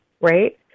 right